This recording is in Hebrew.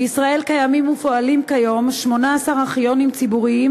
בישראל קיימים ופועלים כיום 18 ארכיונים ציבוריים